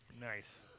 Nice